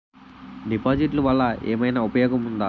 డిపాజిట్లు వల్ల ఏమైనా ఉపయోగం ఉందా?